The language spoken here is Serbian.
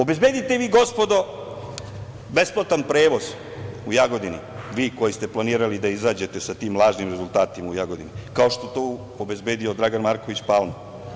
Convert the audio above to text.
Obezbedite vi, gospodo, besplatan prevoz u Jagodini, vi koji ste planirali da izađete sa tim lažnim rezultatima u Jagodini, kao što je to obezbedio Dragan Marković Palma.